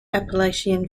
appalachian